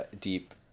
deep